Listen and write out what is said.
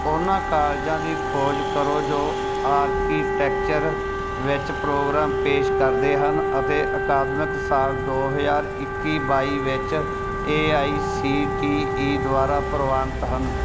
ਉਹਨਾਂ ਕਾਲਜਾਂ ਦੀ ਖੋਜ ਕਰੋ ਜੋ ਆਰਕੀਟੈਕਚਰ ਵਿੱਚ ਪ੍ਰੋਗਰਾਮ ਪੇਸ਼ ਕਰਦੇ ਹਨ ਅਤੇ ਅਕਾਦਮਿਕ ਸਾਲ ਦੋ ਹਜ਼ਾਰ ਇੱਕੀ ਬਾਈ ਵਿੱਚ A I C T E ਦੁਆਰਾ ਪ੍ਰਵਾਨਿਤ ਹਨ